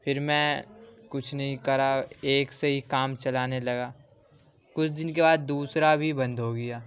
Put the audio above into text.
پھر میں کچھ نہیں کرا ایک سے ہی کام چلانے لگا کچھ دن کے بعد دوسرا بھی بند ہوگیا